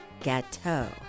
Gâteau